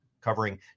covering